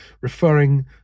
referring